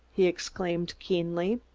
he exclaimed keenly.